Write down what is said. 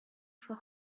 four